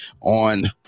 on